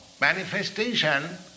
manifestation